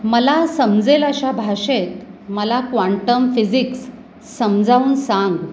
मला समजेल अशा भाषेत मला क्वांटम फिजिक्स समजावून सांग